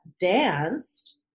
danced